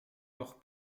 loch